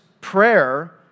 prayer